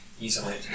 Easily